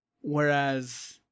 Whereas